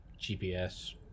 gps